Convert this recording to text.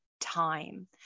time